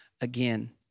again